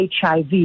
HIV